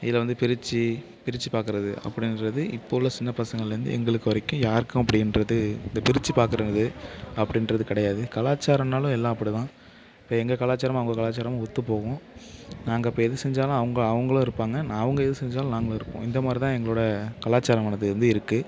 இதில் வந்து பிரித்து பிரித்து பார்க்குறது அப்படின்றது இப்போ உள்ள சின்ன பசங்கள்லேருந்து எங்களுக்கு வரைக்கும் யாருக்கும் அப்படின்றது இந்த பிரித்து பார்க்குறது அப்படின்றது கிடையாது கலாச்சாரம்னாலும் எல்லாம் அப்படி தான் இப்போ எங்கள் கலாச்சாரமும் அவங்க கலாச்சாரமும் ஒத்து போகும் நாங்கள் இப்போ எது செஞ்சாலும் அவங்க அவங்களும் இருப்பாங்க அவங்க எது செஞ்சாலும் நாங்களும் இருப்போம் இந்த மாதிரி தான் எங்களோடய கலாச்சாரமானது வந்து இருக்குது